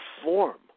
perform